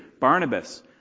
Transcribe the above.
Barnabas